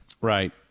Right